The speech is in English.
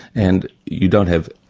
and you don't have,